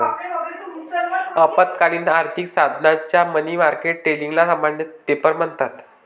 अल्पकालीन आर्थिक साधनांच्या मनी मार्केट ट्रेडिंगला सामान्यतः पेपर म्हणतात